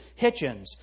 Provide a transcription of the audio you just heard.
Hitchens